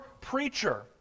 preacher